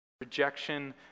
rejection